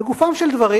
לגופם של דברים,